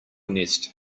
nest